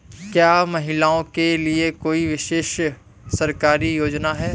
क्या महिलाओं के लिए कोई विशेष सरकारी योजना है?